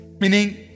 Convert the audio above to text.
meaning